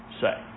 say